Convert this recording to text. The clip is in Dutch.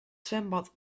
zwembad